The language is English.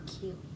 cute